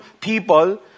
people